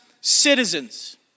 citizens